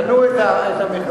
קנו את המכרז.